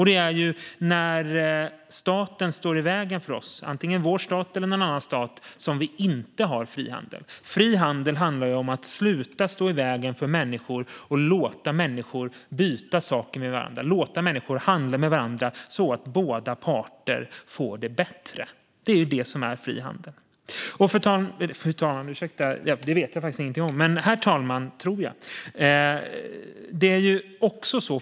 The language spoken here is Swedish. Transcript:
Det är när staten står i vägen för oss, antingen vår stat eller någon annan stat, som vi inte har fri handel. Fri handel handlar om att sluta stå i vägen för människor och låta människor byta saker och handla med varandra så att båda parter får det bättre. Det är det som är fri handel. Herr talman!